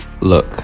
Look